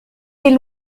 des